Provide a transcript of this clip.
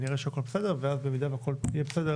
נראה שהכל בסדר ואז במידה והכל יהיה בסדר